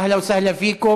(אומר בערבית: ברוכים הבאים.